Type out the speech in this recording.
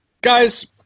guys